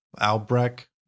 albrecht